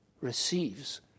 receives